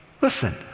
Listen